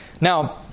Now